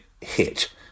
hit